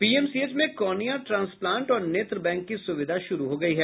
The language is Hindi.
पीएमसीएच में कॉर्निया ट्रांसप्लांट और नेत्र बैंक की सुविधा शुरू हो गयी है